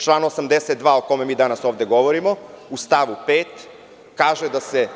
Član 82, o kome mi danas ovde govorimo, u stavu 5. kaže da se